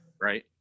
Right